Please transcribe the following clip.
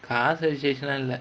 course registration இல்ல:illa